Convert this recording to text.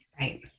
right